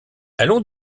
allons